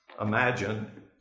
imagine